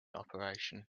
operation